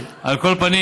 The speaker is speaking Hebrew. על כל פנים,